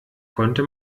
konnte